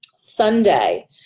Sunday